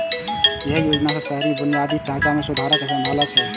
एहि योजना सं शहरी बुनियादी ढांचा मे सुधारक संभावना छै